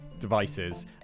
devices